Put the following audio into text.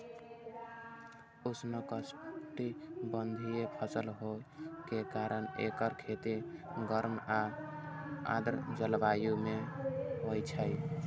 उष्णकटिबंधीय फसल होइ के कारण एकर खेती गर्म आ आर्द्र जलवायु मे होइ छै